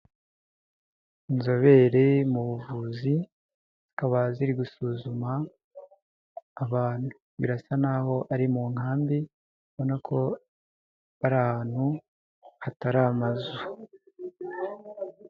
Inzobere mu buvuzi, zikaba ziri gusuzuma abantu, birasa naho ari mu nkambi, ubona ko ari ahantu hatari amazu.